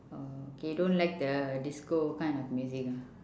oh okay don't like the disco kind of music ah